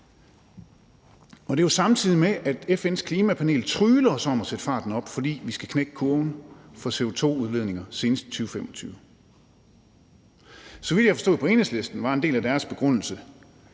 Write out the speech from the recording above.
Det sker jo, samtidig med at FN's Klimapanel trygler os om at sætte farten op, fordi vi skal knække kurven for CO2-udledninger senest i 2025. Så vidt jeg har forstået på Enhedslisten, var en del af deres begrundelse,